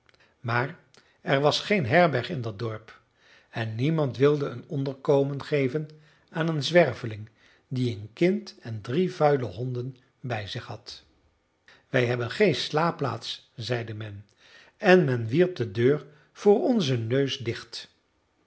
maar er was geen herberg in dat dorp en niemand wilde een onderkomen geven aan een zwerveling die een kind en drie vuile honden bij zich had wij hebben geen slaapplaats zeide men en men wierp de deur voor onzen neus dicht